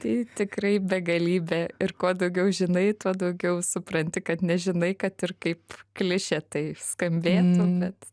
tai tikrai begalybė ir kuo daugiau žinai tuo daugiau supranti kad nežinai kad ir kaip klišė tai skambėtų bet